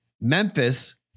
Memphis